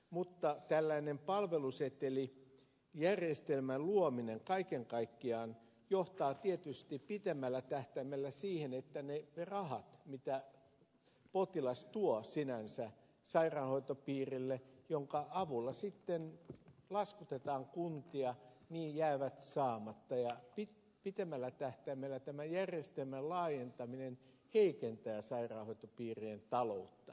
mutta tällaisen palvelusetelijärjestelmän luominen kaiken kaikkiaan johtaa tietysti pitemmällä tähtäimellä siihen että ne rahat jotka potilas tuo sairaanhoitopiirille jonka avulla sitten laskutetaan kuntia jäävät saamatta ja pitemmällä tähtäimellä tämän järjestelmän laajentaminen heikentää sairaanhoitopiirien taloutta